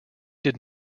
did